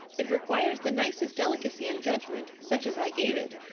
it requires the nicest delicacy and judgment, such as i gave it.